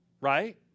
Right